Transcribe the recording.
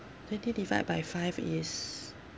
twenty divide by five is